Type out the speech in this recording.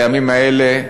בימים האלה,